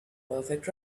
perfect